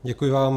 Děkuji vám.